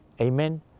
amen